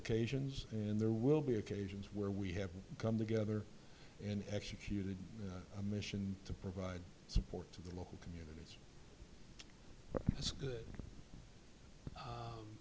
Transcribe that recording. occasions and there will be occasions where we have to come together and executed a mission to provide support to the local community it's good